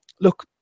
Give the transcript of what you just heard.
look